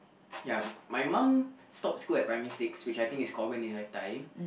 ya my mum stopped school at primary six which I think was common in her time